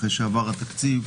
אחרי שעבר התקציב,